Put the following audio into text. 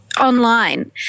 online